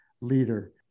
leader